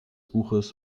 buches